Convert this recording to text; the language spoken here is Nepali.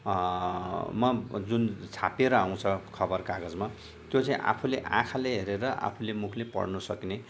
मा जुन छापिएर आउँछ खबर कागजमा त्यो चाहिँ आफूले आँखाले हेरेर आफूले मुखले पढ्नु सक्ने